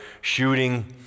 shooting